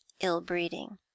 ill-breeding